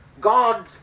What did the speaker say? God